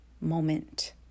moment